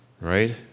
Right